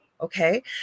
Okay